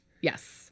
Yes